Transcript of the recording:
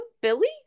Billy